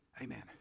Amen